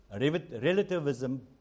relativism